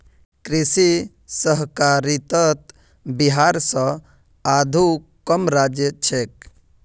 कृषि सहकारितात बिहार स आघु कम राज्य छेक